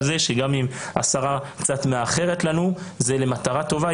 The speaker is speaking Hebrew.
זה שגם אם השרה קצת מאחרת זה למטרה טובה,